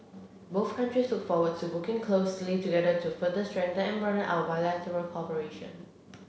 both countries look forward to working closely together to further strengthen and broaden our bilateral cooperation